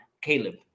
Caleb